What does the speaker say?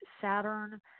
Saturn